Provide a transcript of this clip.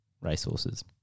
racehorses